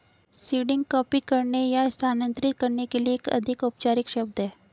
seeding copy करने या स्थानांतरित करने के लिए एक अधिक औपचारिक शब्द है